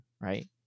right